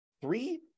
three